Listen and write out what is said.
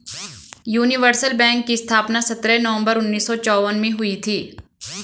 universal bank की स्थापना सत्रह नवंबर उन्नीस सौ चौवन में हुई थी